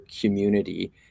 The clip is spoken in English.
community